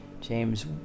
james